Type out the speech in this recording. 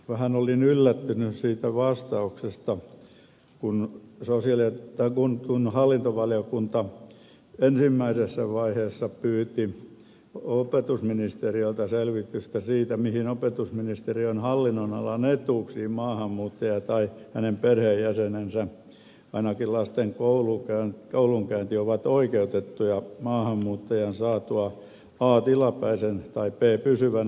vähän olin yllättynyt siitä vastauksesta kun hallintovaliokunta ensimmäisessä vaiheessa pyysi opetusministeriöltä selvitystä siitä mihin opetusministeriön hallinnonalan etuuksiin maahanmuuttaja tai hänen perheenjäsenensä ainakin lasten koulunkäyntiin liittyen ovat oikeutettuja maahanmuuttajan saatua a tilapäisen tai b pysyvän oleskeluluvan